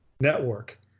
network